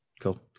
cool